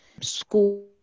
school